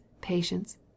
PATIENCE